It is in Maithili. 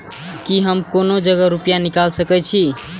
की हम कोनो जगह रूपया निकाल सके छी?